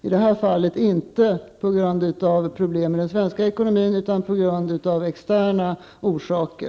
I det här fallet är det inte problemen i den svenska ekonomin som ligger bakom utan externa faktorer.